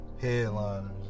Headliners